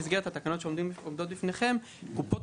במסגרת התקנות שעומדות לפניכם קופות